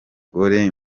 gore